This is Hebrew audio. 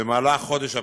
במהלך חודש אפריל.